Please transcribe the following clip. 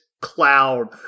cloud